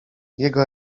jego